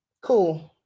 Cool